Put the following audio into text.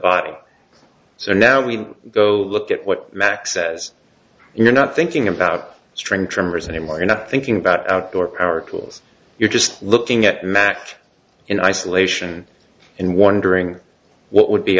body so now we go look at what max says you're not thinking about string trimmers anymore you're not thinking about outdoor power tools you're just looking at math in isolation in wondering what would be